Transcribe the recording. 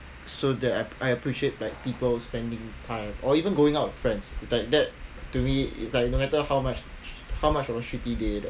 so that I I appreciate like people spending time or even going out with friends like that to me is like no matter how much how much of a shitty day